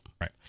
Right